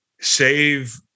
save